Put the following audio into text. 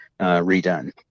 redone